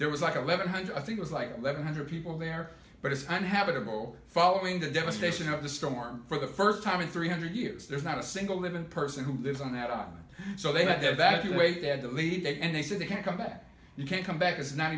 there was like eleven hundred i think was like eleven hundred people there but it's on habitable following the devastation of the storm for the first time in three hundred years there's not a single living person who lives on that one so they went there that you wait they had to leave and they said they can't come back you can't come back it's not